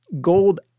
gold